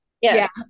Yes